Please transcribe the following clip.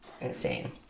insane